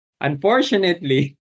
Unfortunately